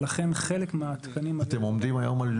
ולכן, חלק מהתקנים --- אתם עומדים היום על